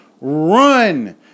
Run